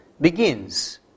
begins